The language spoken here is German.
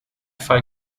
fall